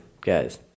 guys